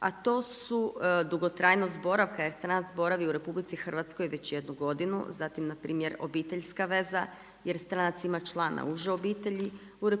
a to su dugotrajnost boravka jer stranac boravi u RH već jednu godinu, zatim npr. obiteljska veza jer stranac ima člana uže obitelji u RH,